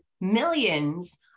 millions